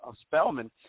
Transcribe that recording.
Spelman